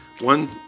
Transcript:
one